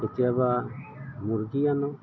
কেতিয়াবা মুৰ্গী আনোঁ